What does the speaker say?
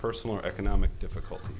personal or economic difficulties